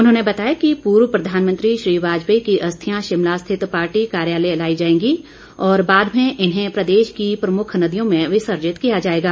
उन्होंने बताया कि पूर्व प्रधानमंत्री श्री वाजपेयी की अस्थियां शिमला स्थित पार्टी कार्यालय लाई जाएगी और बाद में इन्हें प्रदेश की प्रमुख नदियों में विसर्जित किया जाएगा